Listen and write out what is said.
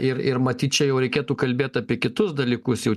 ir ir matyt čia jau reikėtų kalbėt apie kitus dalykus jau